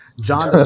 john